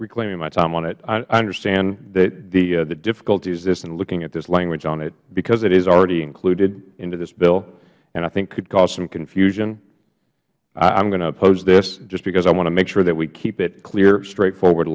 reclaiming my time on it i understand the difficulties in looking at this language on it because it is already included into this bill and i think could cause some confusion i am going to oppose this just because i want to make sure that we keep it clear straightforward